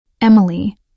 Emily